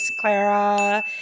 Clara